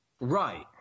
right